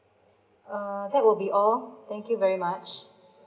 uh that will be all thank you very much